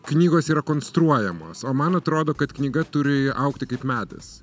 knygos yra konstruojamos o man atrodo kad knyga turi augti kaip medis